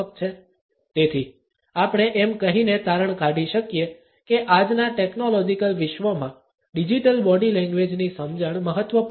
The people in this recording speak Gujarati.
તેથી આપણે એમ કહીને તારણ કાઢી શકીએ કે આજના ટેકનોલોજીકલ વિશ્વમાં ડિજિટલ બોડી લેંગ્વેજની સમજણ મહત્વપૂર્ણ છે